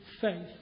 faith